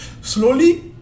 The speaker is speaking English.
Slowly